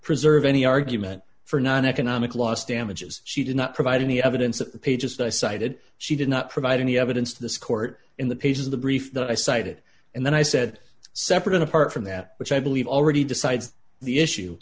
preserve any argument for non economic loss damages she did not provide any evidence that the pages that i cited she did not provide any evidence to this court in the pages of the brief that i cited and then i said separate and apart from that which i believe already decides the issue